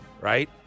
Right